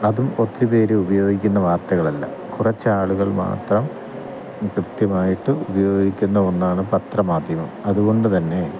അതും ഒത്തിരി പേര് ഉപയോഗിക്കുന്ന വാർത്തകളല്ല കുറച്ചാളുകൾ മാത്രം കൃത്യമായിട്ട് ഉപയോഗിക്കുന്ന ഒന്നാണ് പത്രമാധ്യമം അതുകൊണ്ട് തന്നെ